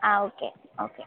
ആ okay okay